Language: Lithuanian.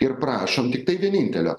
ir prašom tiktai vienintelio